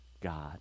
God